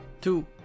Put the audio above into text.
Two